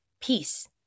Peace